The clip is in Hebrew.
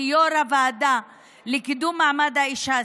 כיו"ר הוועדה לקידום מעמד האישה,